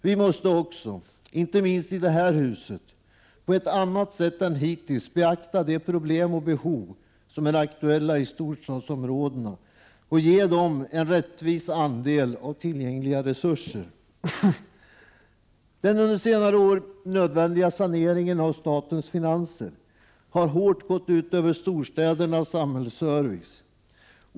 Vi måste också, inte minst i detta hus, på ett annat sätt än hittills beakta de problem och behov som är aktuella i storstadsområdena och ge dem en rättvis andel av tillgängliga resurser. Den under senare år nödvändiga saneringen av statens finanser har hårt gått ut över storstädernas samhällsservice.